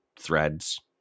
threads